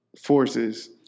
forces